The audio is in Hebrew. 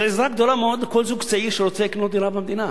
זה עזרה גדולה מאוד לכל זוג צעיר שרוצה לקנות דירה במדינה.